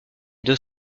deux